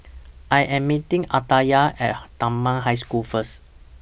I Am meeting Aditya At Dunman High School First